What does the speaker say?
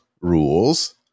rules